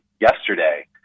yesterday